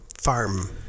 Farm